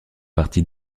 partie